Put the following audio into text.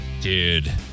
Dude